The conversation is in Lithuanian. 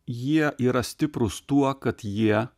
jie yra stiprūs tuo kad jie